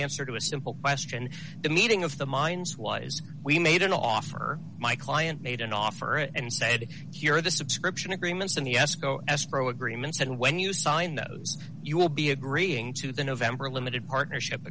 answer to a simple question the meeting of the minds was we made an offer or my client made an offer and said here are the subscription agreements and the esko escrow agreements and when you sign those you will be agreeing to the november limited partnership